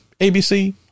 ABC